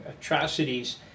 atrocities